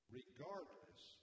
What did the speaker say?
regardless